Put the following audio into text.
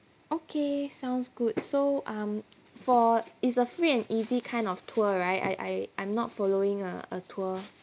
okay sounds good so mm for is a free and easy kind of tour right I I I'm not following a a tour